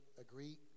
agree